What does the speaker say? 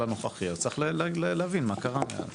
הנוכחי אז צריך להבין מה קרה מאז.